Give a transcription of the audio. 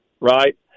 right